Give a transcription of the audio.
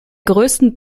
größten